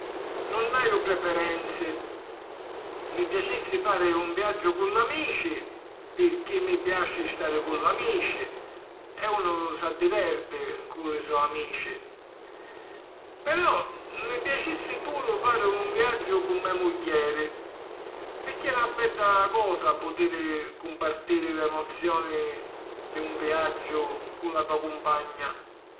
Nun haju preferenzi. Mi piacissi fari un viaggiu cu l'amici pirchì mi piaci stari cu l'amici e unu s'addiverti cu li so' amici. Però mi piacissi puru fari un viaggiu cu me mugghieri pirchì è na bedda cosa putiri cumpartiri l'emozioni di un viaggiu cu la to cumpagna.